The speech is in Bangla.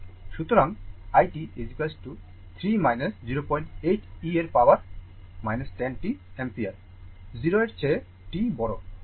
সুতরাং i t 3 08 e এর পাওয়ার 10 t অ্যাম্পিয়ার 0 এর চেয়ে t বড় জন্য